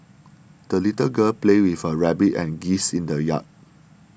the little girl played with her rabbit and geese in the yard